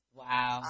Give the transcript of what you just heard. wow